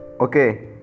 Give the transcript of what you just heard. Okay